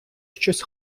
щось